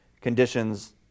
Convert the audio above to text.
conditions